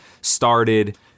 started